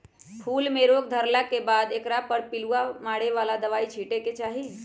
फूल में रोग धरला के बाद एकरा पर पिलुआ मारे बला दवाइ छिटे के चाही